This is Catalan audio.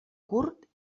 curt